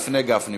לפני גפני,